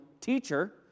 teacher